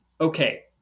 okay